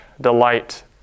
delight